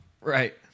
Right